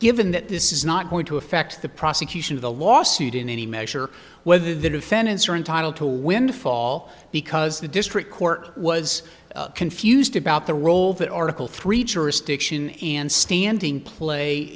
given that this is not going to affect the prosecution of the lawsuit in any measure whether the defendants are entitled to a windfall because the district court was confused about the role that article three jurisdiction and standing play